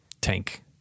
tank